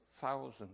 thousands